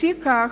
לפיכך,